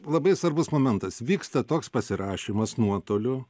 labai svarbus momentas vyksta toks pasirašymas nuotoliu